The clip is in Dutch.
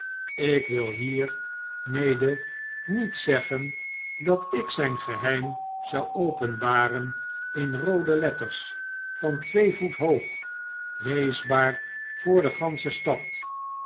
ik wilhiermede niet zeggen dat ik zijn gebeim zouopenbaren in roode letters van twee voet hoog leesbaar voor de gansche stad